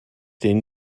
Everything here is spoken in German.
den